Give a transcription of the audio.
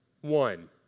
one